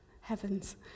heavens